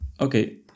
okay